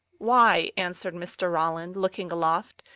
why, answered mr. ralland, looking aloft,